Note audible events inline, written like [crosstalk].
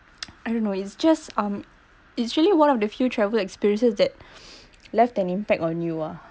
[noise] I don't know it's just um it's really one of the few travel experiences that [breath] left an impact on you ah